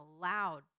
loud